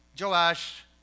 Joash